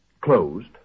closed